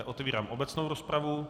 Otevírám obecnou rozpravu.